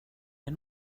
wir